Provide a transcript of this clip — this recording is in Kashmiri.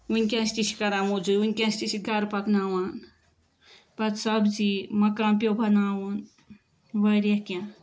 وٕنکٮ۪نَس تہِ چھِ کَران موٚزوٗرۍ وٕنکٮ۪نَس تہِ چھِ گرٕ پکناوان پَتہٕ سبزی مکان پِیو بناوُن واریاہ کیٚنٛہہ